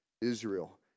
Israel